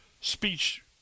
speech